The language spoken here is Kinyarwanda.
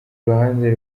ruhande